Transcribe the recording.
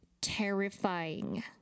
terrifying